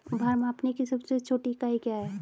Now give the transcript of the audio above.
भार मापने की सबसे छोटी इकाई क्या है?